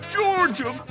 Georgia